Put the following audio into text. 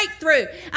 breakthrough